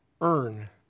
earn